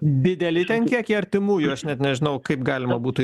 didelį kiekį artimųjų aš net nežinau kaip galima būtų